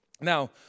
Now